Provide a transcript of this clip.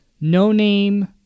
no-name